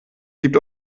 gibt